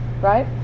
right